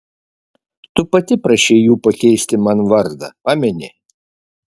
tu pati prašei jų pakeisti man vardą pameni